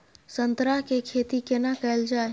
संतरा के खेती केना कैल जाय?